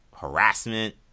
harassment